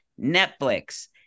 netflix